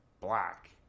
black